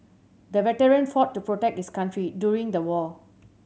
the veteran fought to protect his country during the war